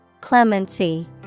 Clemency